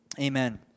amen